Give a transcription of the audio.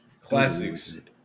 Classics